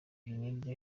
niryo